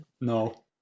No